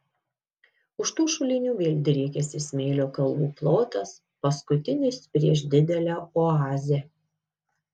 už tų šulinių vėl driekiasi smėlio kalvų plotas paskutinis prieš didelę oazę